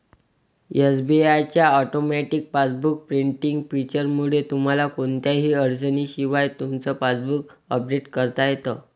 SBI च्या automatic passbook printing फीचरमुळे तुम्हाला कोणत्याही अडचणीशिवाय तुमचं पासबुक अपडेट करता येतं